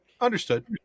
Understood